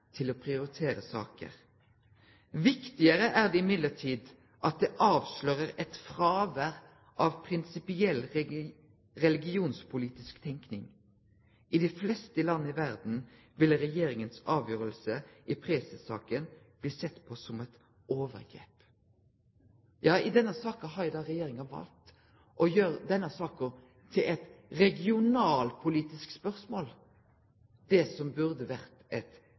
til å prioritere saker. Viktigere er det imidlertid at det avslører et fravær av prinsipiell religionspolitisk tenkning. I de fleste land i verden ville Regjeringens avgjørelse i preses-saken bli sett på som et overgrep.» Ja, regjeringa har jo valt å gjere denne saka til eit regionalpolitisk spørsmål – det som burde